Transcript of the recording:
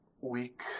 weak